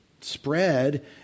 spread